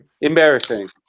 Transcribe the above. Embarrassing